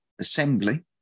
Assembly